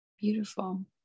Beautiful